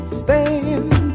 stand